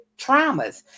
traumas